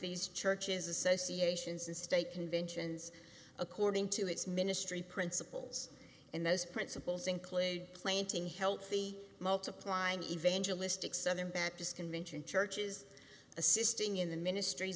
these churches associations and state conventions according to its ministry principles and those principles include planting healthy multiplying evangelistic southern baptist convention churches assisting in the ministries